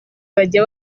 bajya